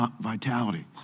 vitality